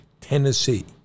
Tennessee